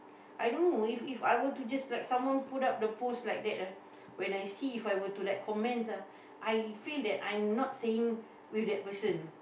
I don't know if If I were to just like someone put up the post like that ah when I see If I were to like comments ah I feel that I am not saying with that person